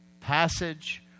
passage